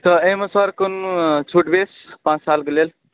तऽ एहिमे सर कोनो छुट बेस पाँच सालके लेल